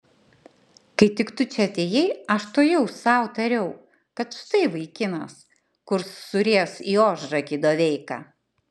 kai tik tu čia atėjai aš tuojau sau tariau kad štai vaikinas kurs suries į ožragį doveiką